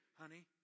Honey